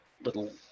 little